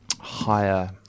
higher